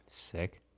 sick